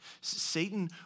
Satan